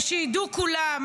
ושידעו כולם,